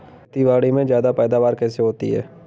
खेतीबाड़ी में ज्यादा पैदावार कैसे होती है?